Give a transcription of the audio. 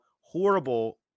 horrible